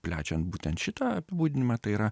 plečiant būtent šitą apibūdinimą tai yra